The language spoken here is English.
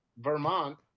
Vermont